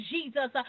Jesus